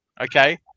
Okay